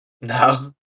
No